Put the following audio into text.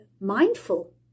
mindful